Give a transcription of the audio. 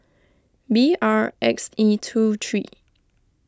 B R X E two three